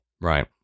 Right